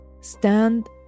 Stand